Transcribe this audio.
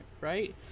right